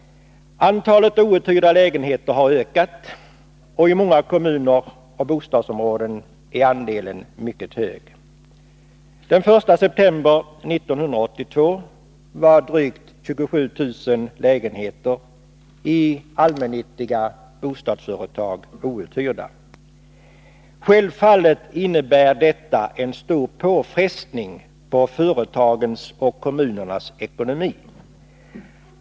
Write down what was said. Antalet outhyrda lägenheter har ökat och i många kommuner och bostadsområden är andelen mycket hög. Den 1 september 1982 var drygt 27 000 lägenheter i allmännyttiga bostadsföretag outhyrda. Självfallet innebär detta en stor påfrestning på företagens och kommunernas ekonomi.